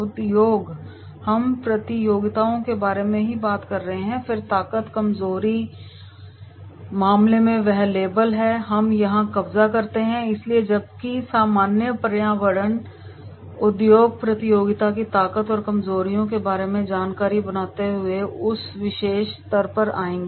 उद्योग हम प्रतियोगिताओं के बारे में बात कर रहे हैं फिर ताकत वह कमजोरी और मामले में यह लेबल है हम यहां कब्जा करते हैं इसलिए जबकि सामान्य पर्यावरण उद्योग प्रतियोगिता की ताकत और कमजोरियों के बारे में जानकारी बनाते हुए हम उस विशेष स्तर पर आएंगे